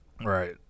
right